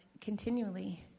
continually